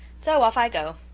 so off i go.